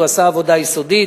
הוא עשה עבודה יסודית,